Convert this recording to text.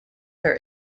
their